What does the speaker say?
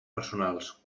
personals